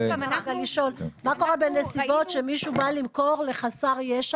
מה קורה בנסיבות שמישהו בא למכור לחסר ישע?